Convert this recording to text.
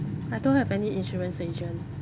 I don't have any insurance agent